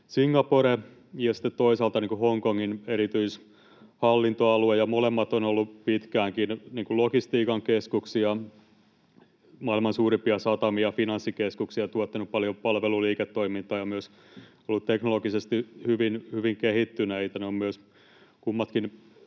Singapore ja toisaalta Hongkongin erityishallintoalue, ja molemmat ovat olleet pitkäänkin logistiikan keskuksia, maailman suurimpia satamia, finanssikeskuksia ja tuottaneet paljon palveluliiketoimintaa ja myös olleet teknologisesti hyvin, hyvin kehittyneitä. Ne ovat myös kummatkin